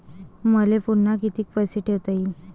मले पुन्हा कितीक पैसे ठेवता येईन?